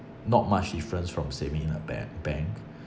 not much difference from saving in a ban~ bank